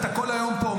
אתה כל היום פה,